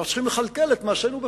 אנחנו צריכים לכלכל את מעשינו בחוכמה: